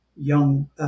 young